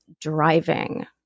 driving